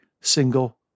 single